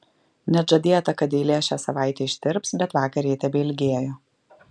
net žadėta kad eilė šią savaitę ištirps bet vakar ji tebeilgėjo